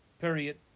period